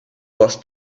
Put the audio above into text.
was